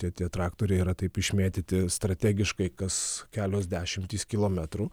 tie tie traktoriai yra taip išmėtyti strategiškai kas kelios dešimtys kilometrų